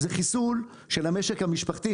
הוא חיסול של המשק המשפחתי,